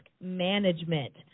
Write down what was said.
management